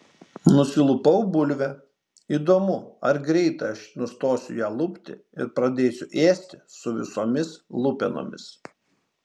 nusilupau bulvę įdomu ar greitai aš nustosiu ją lupti ir pradėsiu ėsti su visomis lupenomis